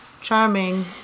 charming